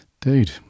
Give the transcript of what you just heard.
Dude